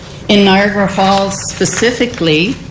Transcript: in niagra falls, specifically,